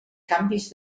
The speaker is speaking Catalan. canvis